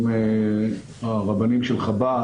עם הרבנים של חב"ד,